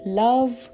love